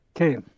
Okay